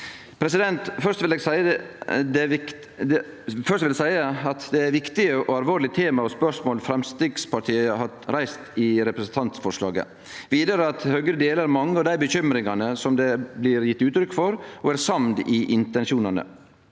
forslag. Først vil eg seie at det er viktige og alvorlege tema og spørsmål Framstegspartiet har reist i representantforslaget. Høgre deler mange av dei bekymringane det blir gjeve uttrykk for, og er samd i intensjonane.